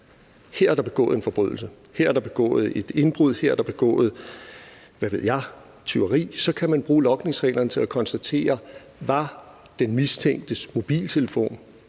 der her er begået en forbrydelse, at der her er begået et indbrud, at der her er begået, hvad ved jeg, tyveri, så kan man bruge logningsreglerne til f.eks at konstatere, om den mistænktes mobiltelefon